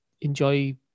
enjoy